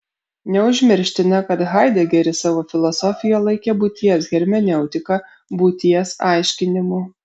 neužmirština kad haidegeris savo filosofiją laikė būties hermeneutika būties aiškinimu